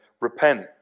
Repent